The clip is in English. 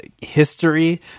history